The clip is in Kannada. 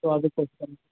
ಸೊ ಅದಕ್ಕೋಸ್ಕರ